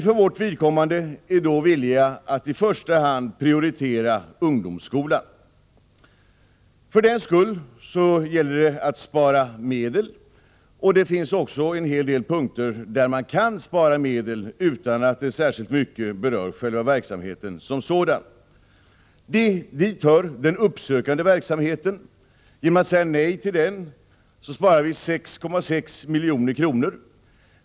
För vårt vidkommande är vi villiga att i första hand prioritera ungdomsskolan, och därför gäller det att spara medel. Det finns också en hel del punkter där man kan spara utan att det särskilt mycket berör verksamheten som sådan. Dit hör den uppsökande verksamheten. Genom att säga nej till den sparar vi 6,6 milj.kr.